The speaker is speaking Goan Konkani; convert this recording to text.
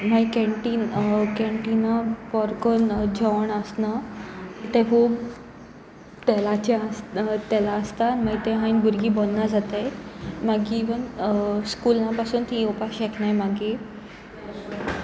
मागीर कॅनटीन कॅनटीन परकन जेवण आसना तें खूब तेलाचें आसता तेलां आसता मागीर ते खायन भुरगीं बरी ना जाताय मागी इवन स्कुलां पासून तीं येवपाक शकनाय मागीर